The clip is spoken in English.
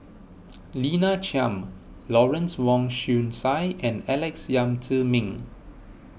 Lina Chiam Lawrence Wong Shyun Tsai and Alex Yam Ziming